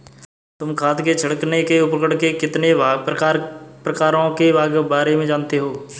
तुम खाद छिड़कने के उपकरण के कितने प्रकारों के बारे में जानते हो?